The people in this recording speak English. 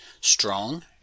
strong